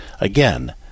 Again